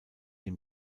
dem